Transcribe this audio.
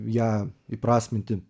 ją įprasminti